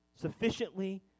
sufficiently